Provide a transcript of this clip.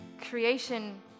creation